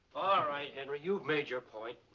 ah right, henry. you've made your point.